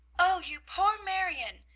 o you poor marion!